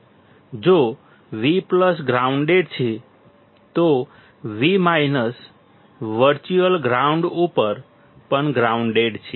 જો V grounded છે તો V વર્ચ્યુઅલ ગ્રાઉન્ડ ઉપર પણ ગ્રાઉન્ડ છે